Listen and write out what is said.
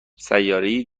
سیارههای